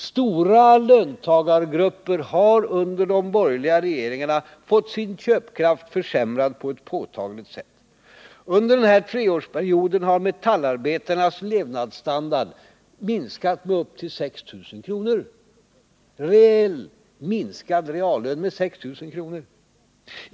Stora löntagargrupper har under de borgerliga regeringarna fått sin köpkraft försämrad på ett påtagligt sätt. Under den borgerliga treårsperioden har metallarbetarnas levnadsstandard minskat med upp till 6 000 kr. Deras reallön har alltså minskats med 6 000 kr.